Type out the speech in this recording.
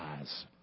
eyes